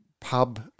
pub